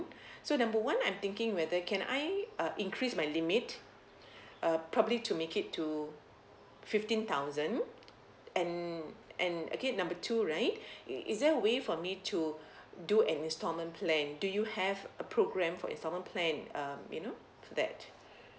so number one I'm thinking whether can I uh increase my limit uh probably to make it to fifteen thousand and and okay number two right is is there a way for me to do an installment plan do you have a program for installment plan um you know that